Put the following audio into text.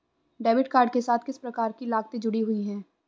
Debit card के साथ किस प्रकार की लागतें जुड़ी हुई हैं?